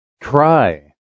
Cry